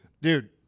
Dude